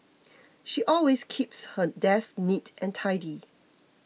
she always keeps her desk neat and tidy